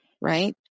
right